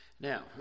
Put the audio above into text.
Now